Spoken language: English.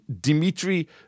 Dimitri